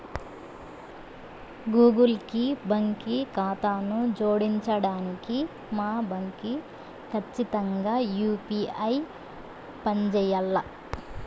Google కి బాంకీ కాతాను జోడించడానికి మా బాంకీ కచ్చితంగా యూ.పీ.ఐ పంజేయాల్ల